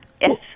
yes